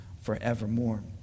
forevermore